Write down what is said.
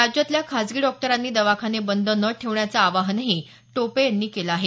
राज्यातल्या खासगी डॉक्टरांनी दवाखाने बंद न ठेवण्याचं आवाहनही टोपे यांनी केलं आहे